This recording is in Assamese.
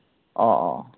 অঁ অঁ